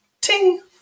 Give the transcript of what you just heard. Ting